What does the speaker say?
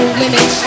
limit